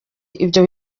ibyo